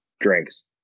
drinks